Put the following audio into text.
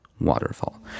waterfall